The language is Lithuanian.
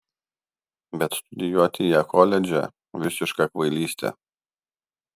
bet studijuoti ją koledže visiška kvailystė